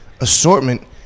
assortment